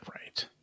Right